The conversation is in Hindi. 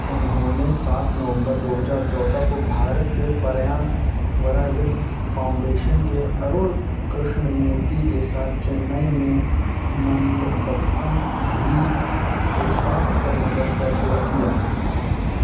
उन्होंने सात नवंबर दो हजार चौदह को भारत के पर्यावरणविद फाउंडेशन के अरुण कृष्णमूर्ति के साथ चेन्नई में मंदबक्कम झील को साफ करने का फैसला किया